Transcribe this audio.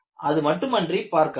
அதுமட்டுமின்றி பார்க்கலாம்